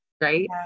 Right